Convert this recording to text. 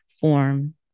form